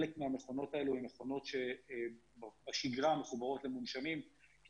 חלק מהמכונות האלה הן מכונות שבשגרה מחוברות למונשמים כי